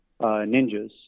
Ninjas